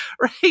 right